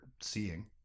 seeing